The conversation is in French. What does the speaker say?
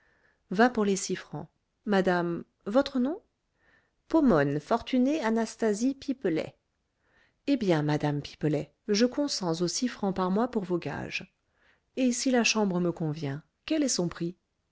va pour les six francs madame votre nom pomone fortunée anastasie pipelet eh bien madame pipelet je consens aux six francs par mois pour vos gages et si la chambre me convient quel est son prix